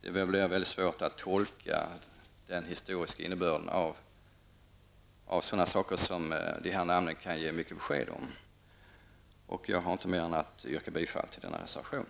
Det blir mycket svårt att tolka den historiska innebörden av sådana saker som de här namnen kan ge många besked om. Jag har inte mer att komma med än att yrka bifall till denna reservation.